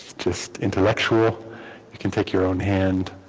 just intellectual you can take your own hand